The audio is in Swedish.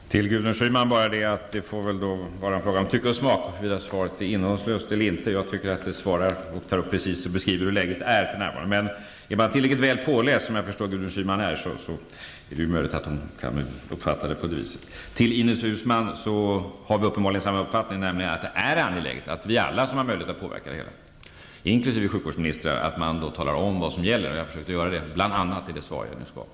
Fru talman! Till Gudrun Schyman vill jag bara säga att det får vara en fråga om tycke och smak huruvida svaret är innehållslöst eller inte. Jag tycker att jag där beskriver precis hur läget är för närvarande. Om man är tillräckligt väl påläst, som jag förstår att Gudrun Schyman är, är det möjligt att man kan uppfatta svaret som för långt. Ines Uusmann och jag har uppenbarligen samma uppfattning, nämligen att det är angeläget att alla som har möjligt att påverka det hela, inkl. sjukvårdsministrar, talar om vad som gäller. Jag har försökt göra det, bl.a. i det svar som jag nyss gav.